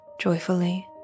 joyfully